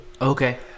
Okay